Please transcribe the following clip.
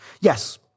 Yes